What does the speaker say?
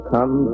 Come